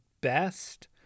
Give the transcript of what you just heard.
best